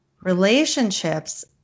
relationships